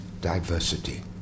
diversity